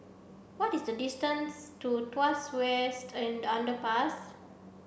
what is the distance to Tuas West in Underpass